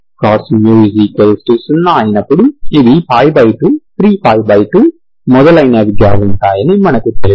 cos 0 అయినప్పుడు ఇవి 23π2 మొదలైనవిగా ఉంటాయని మనకు తెలుసు